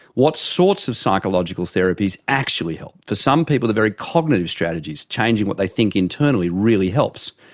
what sorts of psychological therapies actually help. for some people the very cognitive strategies, changing what they think internally, really helps.